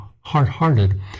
hard-hearted